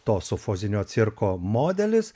to sufozinio cirko modelis